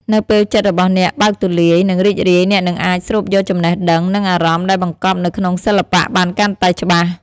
នៅពេលចិត្តរបស់អ្នកបើកទូលាយ និងរីករាយ អ្នកនឹងអាចស្រូបយកចំណេះដឹង និងអារម្មណ៍ដែលបង្កប់នៅក្នុងសិល្បៈបានកាន់តែច្បាស់។